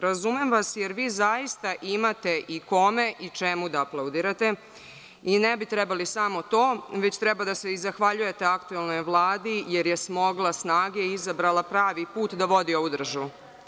Razumem vas, jer vi zaista imate i kome i čemu da aplaudirate i ne bi trebali samo to, već treba da se i zahvaljujete aktuelnoj Vladi, jer je smogla snage i izabrala pravi put da vodi ovu državu.